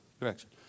direction